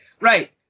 Right